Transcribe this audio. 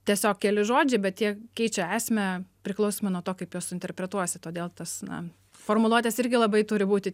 tiesiog keli žodžiai bet jie keičia esmę priklausomai nuo to kaip juos suinterpretuosi todėl tas na formuluotės irgi labai turi būti